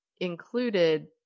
included